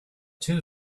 two